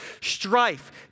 strife